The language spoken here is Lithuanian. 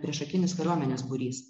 priešakinis kariuomenės būrys